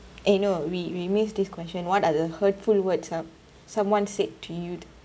eh no we we missed this question what are the hurtful words some~ someone said to you